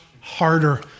harder